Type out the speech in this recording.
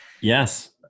yes